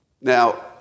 Now